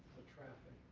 traffic